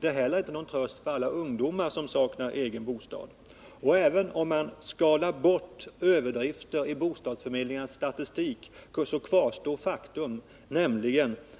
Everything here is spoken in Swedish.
Det är heller inte någon tröst för alla de ungdomar som saknar egen bostad. Även om man skalar bort överdrifter i bostadsförmedlingarnas statistik kvarstår det faktum